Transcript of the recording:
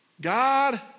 God